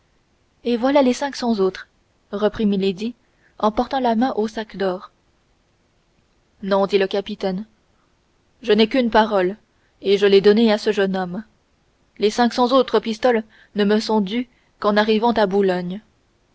et voilà les cinq cents autres reprit milady en portant la main au sac d'or non dit le capitaine je n'ai qu'une parole et je l'ai donnée à ce jeune homme les cinq cents autres pistoles ne me sont dues qu'en arrivant à boulogne